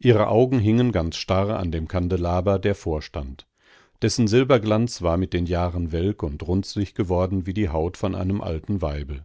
ihre augen hingen ganz starr an dem kandelaber der vorstand dessen silberglanz war mit den jahren welk und runzlig geworden wie die haut von einem alten weibe